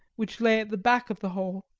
which lay at the back of the hall,